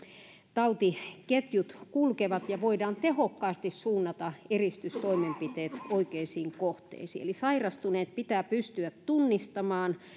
tautiketjut kulkevat ja voidaan tehokkaasti suunnata eristystoimenpiteet oikeisiin kohteisiin eli sairastuneet pitää pystyä tunnistamaan